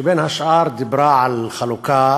שבין השאר דיברו על חלוקה